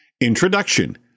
introduction